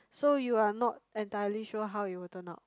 so you are not entirely sure how you turn up